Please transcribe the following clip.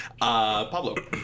Pablo